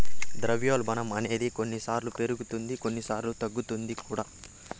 ద్రవ్యోల్బణం అనేది కొన్నిసార్లు పెరుగుతుంది కొన్నిసార్లు తగ్గుతుంది కూడా